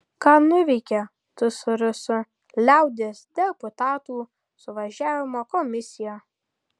ką nuveikė tsrs liaudies deputatų suvažiavimo komisija